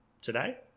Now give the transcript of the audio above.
today